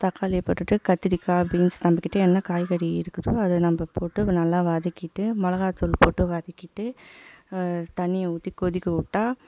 தக்காளியை போட்டுவிட்டு கத்திரிக்காய் பீன்ஸ் நம்மக்கிட்ட என்ன காய்கறி இருக்குதோ அதை நம்ம போட்டு நல்லா வதக்கிவிட்டு மிளகாத்தூள் போட்டு வதக்கிவிட்டு தண்ணியை ஊற்றி கொதிக்க விட்டா